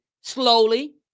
slowly